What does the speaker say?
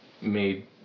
made